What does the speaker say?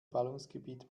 ballungsgebiet